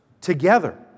together